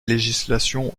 législation